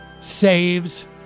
saves